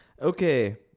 Okay